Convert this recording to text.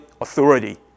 authority